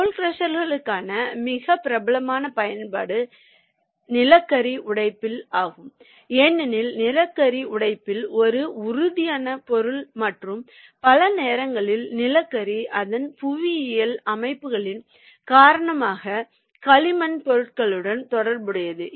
role க்ரஷர்களுக்கான மிகவும் பிரபலமான பயன்பாடு நிலக்கரி உடைப்பில் ஆகும் ஏனெனில் நிலக்கரி அடிப்படையில் ஒரு உதிரியான பொருள் மற்றும் பல நேரங்களில் நிலக்கரி அதன் புவியியல் அமைப்புகளின் காரணமாக களிமண் பொருட்களுடன் தொடர்புடையது